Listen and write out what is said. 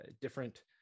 different